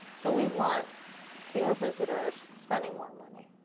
so we want fewer visitor, spending more money.